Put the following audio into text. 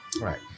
Right